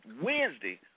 Wednesday